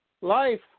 life